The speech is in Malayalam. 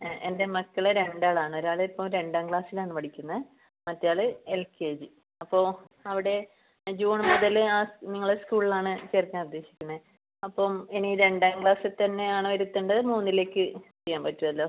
ആ എൻ്റെ മക്കൾ രണ്ട് ആളാണ് ഒരാൾ ഇപ്പോൾ രണ്ടാം ക്ലാസ്സിൽ ആണ് പഠിക്കുന്നത് മറ്റേ ആൾ എൽ കെ ജി അപ്പോൾ അവിടെ ജൂൺ മുതൽ ആ നിങ്ങളെ സ്കൂളിൽ ആണ് ചേർക്കാൻ ഉദ്ദേശിക്കുന്നത് അപ്പം ഇനി രണ്ടാം ക്ലാസിൽ തന്നെ ആണോ ഇരുത്തേണ്ടത് മുന്നിലേക്ക് ചെയ്യാൻ പറ്റുമല്ലോ